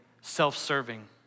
self-serving